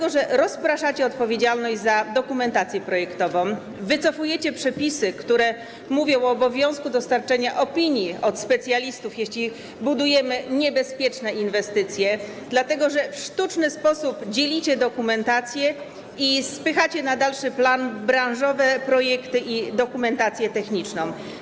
Otóż rozpraszacie odpowiedzialność za dokumentację projektową, wycofujecie przepisy, które mówią o obowiązku dostarczenia opinii od specjalistów, jeśli budujemy niebezpieczne inwestycje, w sztuczny sposób dzielicie dokumentacje i spychacie na dalszy plan branżowe projekty i dokumentację techniczną.